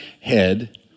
head